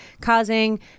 causing